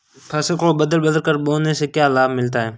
फसल को बदल बदल कर बोने से क्या लाभ मिलता है?